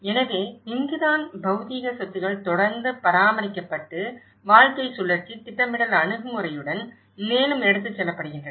எனவே இங்குதான் பவுதீக சொத்துக்கள் தொடர்ந்து பராமரிக்கப்பட்டு வாழ்க்கை சுழற்சி திட்டமிடல் அணுகுமுறையுடன் மேலும் எடுத்துச் செல்லப்படுகின்றன